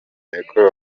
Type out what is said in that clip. yakorewe